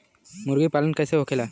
मुर्गी पालन कैसे होखेला?